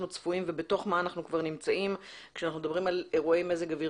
צפויים ובתוך מה אנחנו כבר נמצאים כאשר אנחנו מדברים על אירועי מזג אוויר